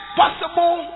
possible